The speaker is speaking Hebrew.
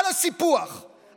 על הסיפוח,